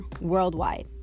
worldwide